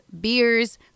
beers